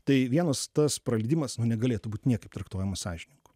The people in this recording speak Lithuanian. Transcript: tai vienas tas praleidimas nu negalėtų būt niekaip traktuojamas sąžiningu